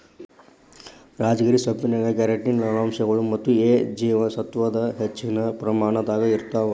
ರಾಜಗಿರಿ ಸೊಪ್ಪಿನ್ಯಾಗ ಕ್ಯಾರೋಟಿನ್ ಲವಣಾಂಶಗಳು ಮತ್ತ ಎ ಜೇವಸತ್ವದ ಹೆಚ್ಚಿನ ಪ್ರಮಾಣದಾಗ ಇರ್ತಾವ